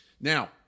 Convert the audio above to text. Now